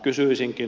kysyisinkin